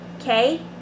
okay